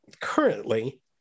currently